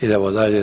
Idemo dalje.